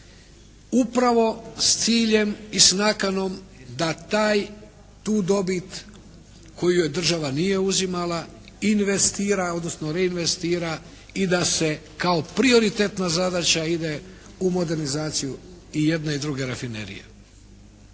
upravo s ciljem i s nakanom da tu dobit koju joj država nije uzimala, investira, odnosno reinvestira i da se kao prioritetna zadaća ide u modernizaciju i jedne i druge rafinerije.